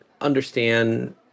understand